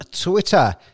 Twitter